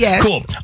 Cool